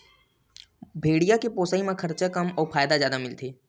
भेड़िया के पोसई म खरचा कम अउ फायदा जादा मिलथे